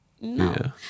No